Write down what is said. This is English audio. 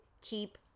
keep